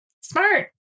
Smart